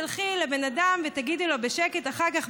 תלכי לבן אדם ותגידי לו בשקט אחר כך,